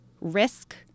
Risk